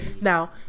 now